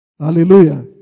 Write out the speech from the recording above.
Hallelujah